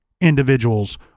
individuals